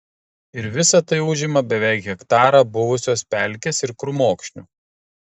ir visa tai užima beveik hektarą buvusios pelkės ir krūmokšnių